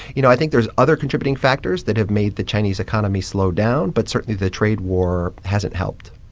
you know, i think there's other contributing factors that have made the chinese economy slow down. but certainly the trade war hasn't helped